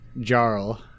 Jarl